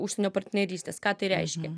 užsienio partnerystės ką tai reiškia